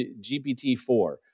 GPT-4